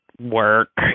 work